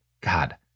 God